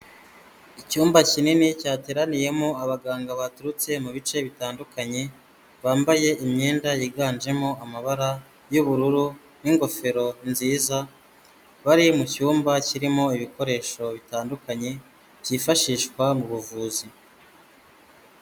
Icyumba kinini cyateraniyemo abaganga baturutse mu bice bitandukanye, bambaye imyenda yiganjemo amabara y'ubururu n'ingofero nziza, bari mucyumba kirimo ibikoresho bitandukanye byifashishwa mu buvuzi.